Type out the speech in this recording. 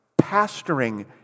Pastoring